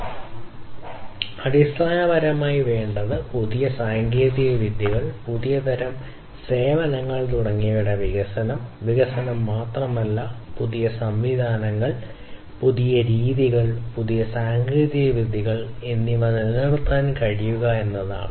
അതിനാൽ അടിസ്ഥാനപരമായി വേണ്ടത് പുതിയ സാങ്കേതികവിദ്യകൾ പുതിയ തരം സേവനങ്ങൾ തുടങ്ങിയവയുടെ വികസനം വികസനം മാത്രമല്ല പുതിയ സംവിധാനങ്ങൾ പുതിയ രീതികൾ പുതിയ സാങ്കേതിക വിദ്യകൾ എന്നിവ നിലനിർത്താൻ കഴിയുക എന്നതാണ്